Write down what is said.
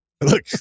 look